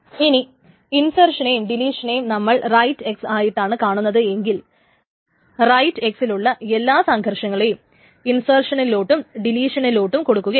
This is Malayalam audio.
ഇനി ഇൻസേർഷനേയും ഡെലീഷനെയും നമ്മൾ റൈറ്റ് x ആയിട്ടാണ് കാണുന്നതെങ്കിൽ റൈറ്റ് x ലുള്ള എല്ലാ സംഘർഷങ്ങളേയും ഇൻസേർഷനിലോട്ടും ഡെലീഷനിലോട്ടും കൊടുക്കുകയാണ്